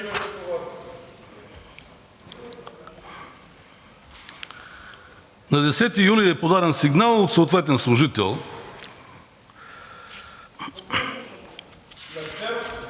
На 10 юли е подаден сигнал от съответен служител